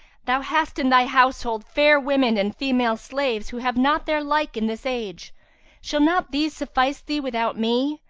thou hast in thy household fair women and female slaves, who have not their like in this age shall not these suffice thee without me?